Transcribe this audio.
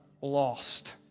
lost